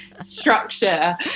structure